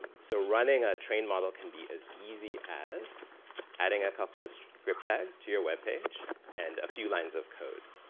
so running a train model can be as easy as adding a couple of script tags to your web page and a few lines of code.